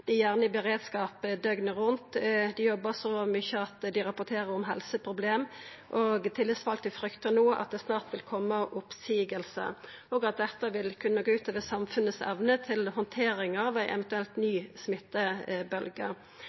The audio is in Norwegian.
Dei er gjerne i beredskap døgnet rundt. Dei jobbar så mykje at dei rapporterer om helseproblem, og dei tillitsvalde fryktar no at det snart vil koma oppseiingar, og at dette vil kunna gå ut over samfunnet si evne til å handtera ei eventuell ny